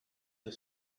the